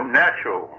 natural